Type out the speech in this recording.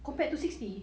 compared to sixty